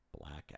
blackout